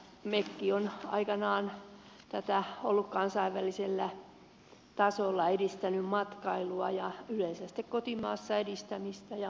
mek on aikanaan ollut kansainvälisellä tasolla edistänyt matkailua ja yleensä sitten kotimaassa on ollut matkailun edistämistä ja kehittämistä